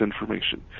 information